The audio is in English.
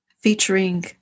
featuring